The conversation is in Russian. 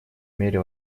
мере